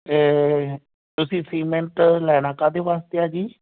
ਇਹ ਤੁਸੀਂ ਸੀਮੇਂਟ ਲੈਣਾ ਕਾਹਦੇ ਵਾਸਤੇ ਆ ਜੀ